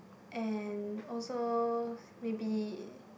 and also maybe